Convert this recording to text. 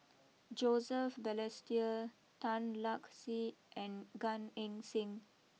Joseph Balestier Tan Lark Sye and Gan Eng Seng